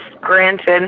granted